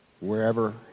wherever